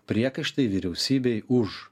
priekaištai vyriausybei už